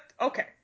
okay